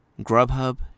Grubhub